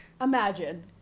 Imagine